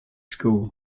school